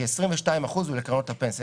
כ-22% הוא לקרנות הפנסיה.